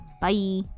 Bye